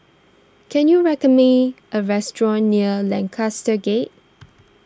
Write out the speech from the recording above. can you record me a restaurant near Lancaster Gate